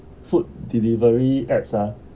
food delivery apps ah